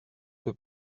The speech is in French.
peu